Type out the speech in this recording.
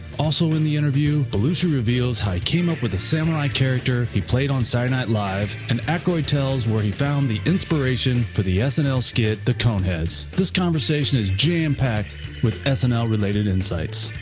also in the interview belushi reveals how he came up with the samurai character he played on saturday night live and aykroyd tells where he found the inspiration for the ah snl skit, the coneheads. this conversation is jammed-packed with and snl-related insights.